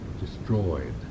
destroyed